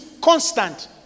constant